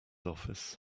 office